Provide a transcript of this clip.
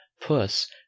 puss